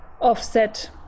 offset